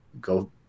go